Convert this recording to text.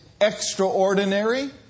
extraordinary